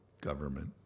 Government